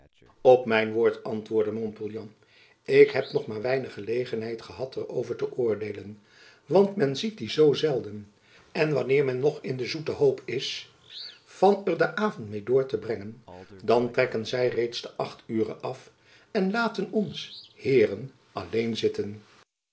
op mijn woord antwoordde montpouillan ik heb nog maar weinig gelegenheid gehad er over te oordeelen want men ziet die zoo zelden en wanneer men nog in de zoete hoop is van er den avond meê door te brengen dan trekken zy reeds te acht ure af en laten ons heeren alleen zitten